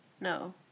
No